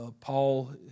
Paul